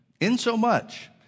insomuch